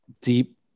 deep